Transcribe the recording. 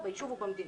ביישוב ובמדינה.